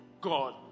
God